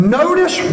notice